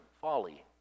folly